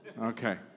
Okay